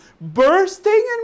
bursting